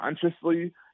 consciously